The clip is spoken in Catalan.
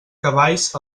cavalls